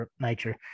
nature